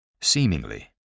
Seemingly